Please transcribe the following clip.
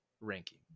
ranking